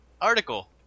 article